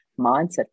mindset